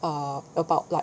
err about like